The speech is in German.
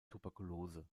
tuberkulose